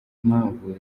impamvu